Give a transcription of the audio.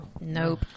Nope